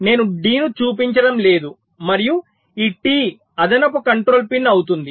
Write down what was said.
నేను D ను చూపించడం లేదు మరియు ఈ T అదనపు కంట్రోల్ పిన్ అవుతుంది